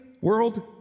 world